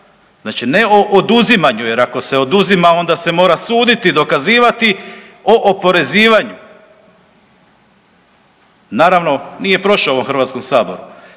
Znači ne o oduzimanju, jer ako se oduzima, onda se mora suditi i dokazivati, o oporezivanju. Naravno, nije prošao u HS-u. Taj zakon